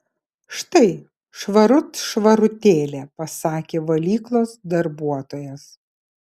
štai švarut švarutėlė pasakė valyklos darbuotojas